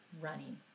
running